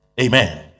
Amen